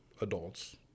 adults